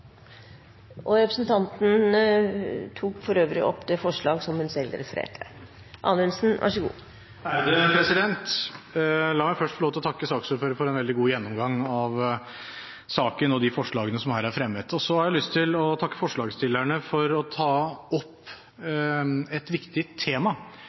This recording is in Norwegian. Representanten Iselin Nybø har tatt opp det forslaget hun refererte til. La meg først få lov til å takke saksordføreren for en veldig god gjennomgang av saken og de forslagene som her er fremmet. Jeg har også lyst til å takke forslagsstillerne for å ta opp et viktig tema.